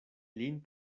lin